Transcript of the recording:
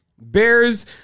Bears